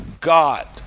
God